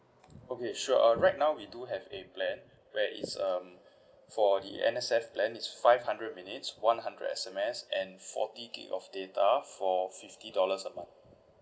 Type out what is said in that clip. okay sure uh right now we do have a plan where it's um for the N_S_F plan it's five hundred minutes one hundred S_M_S and forty gig of data for fifty dollars a month